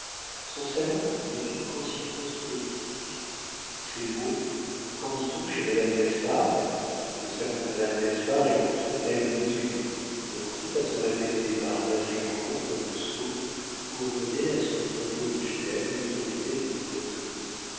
son salon prenait une consistance politique ces mots qu'en dit-on chez madame d'espard le salon de madame d'espard est contre telle mesure commençaient à se répéter par un assez grand nombre de sots pour donner à son troupeau de fidèles l'autorité d'une coterie